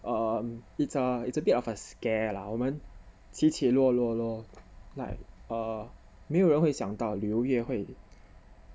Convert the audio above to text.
um it's a it's a bit of a scare lah 我们起起落落 lor like err 没有人会想到旅游业会